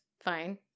fine